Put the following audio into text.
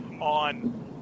on –